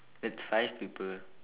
it's five people